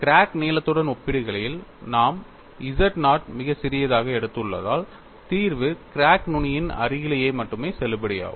crack நீளத்துடன் ஒப்பிடுகையில் நாம் z நாட் மிகச் சிறியதாக எடுத்துள்ளதால் தீர்வு கிராக் நுனியின் அருகிலேயே மட்டுமே செல்லுபடியாகும்